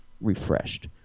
refreshed